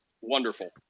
wonderful